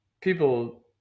people